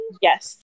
Yes